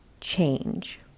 change